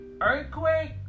earthquake